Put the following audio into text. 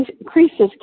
increases